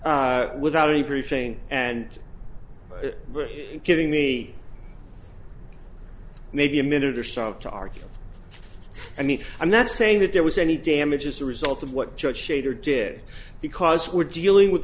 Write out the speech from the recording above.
without any briefing and giving me maybe a minute or so to argue i mean i'm not saying that there was any damage as a result of what judge shader did because we're dealing with